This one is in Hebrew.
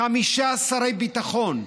חמישה שרי ביטחון,